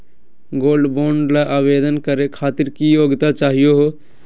Gold bond ल आवेदन करे खातीर की योग्यता चाहियो हो?